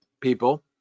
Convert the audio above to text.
people